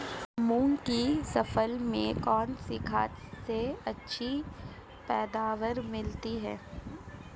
मूंग की फसल में कौनसी खाद से अच्छी पैदावार मिलती है?